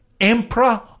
emperor